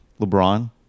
LeBron